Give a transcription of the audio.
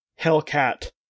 Hellcat